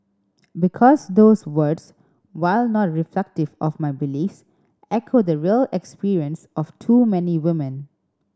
because those words while not reflective of my beliefs echo the real experience of too many women